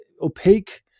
opaque